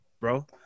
bro